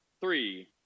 Three